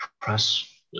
press